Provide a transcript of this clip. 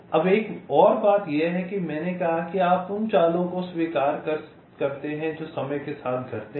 अब एक और बात यह है कि मैंने कहा कि आप उन चालों को स्वीकार करते हैं जो समय के साथ घटते हैं